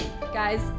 Guys